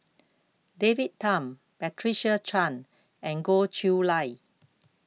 David Tham Patricia Chan and Goh Chiew Lye